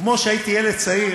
כשהייתי ילד צעיר